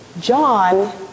John